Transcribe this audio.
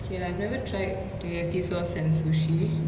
K lah I've never tried teriyaki sauce and sushi